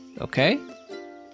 okay